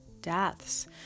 deaths